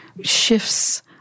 shifts